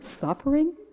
suffering